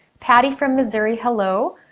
patty from missouri, hello.